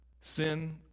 Sin